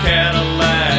Cadillac